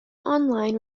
online